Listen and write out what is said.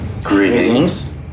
Greetings